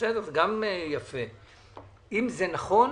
אם זה נכון,